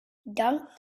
dunk